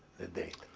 the date.